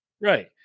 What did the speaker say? right